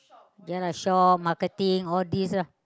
then I shop marketing all these lah